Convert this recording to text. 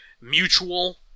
mutual